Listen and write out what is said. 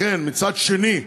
מצד שני,